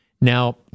Now